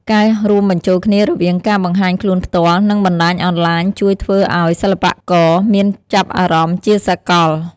ការរួមបញ្ចូលគ្នារវាងការបង្ហាញខ្លួនផ្ទាល់ និងបណ្ដាញអនឡាញជួយធ្វើឲ្យសិល្បករមានចាប់អារម្មណ៍ជាសកល។